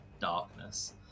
darkness